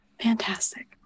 Fantastic